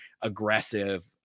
aggressive